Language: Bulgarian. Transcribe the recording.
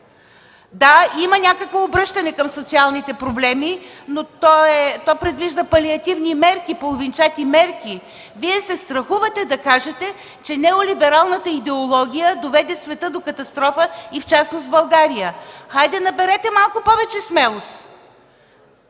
Да, има някакво обръщане към социалните проблеми, но то предвижда палиативни мерки, половинчати мерки. Вие се страхувате да кажете, че неолибералната идеология доведе света до катастрофа, и в частност България. Хайде, наберете малко повече смелост!